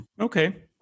Okay